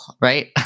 right